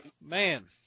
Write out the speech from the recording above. Man